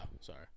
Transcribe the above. sorry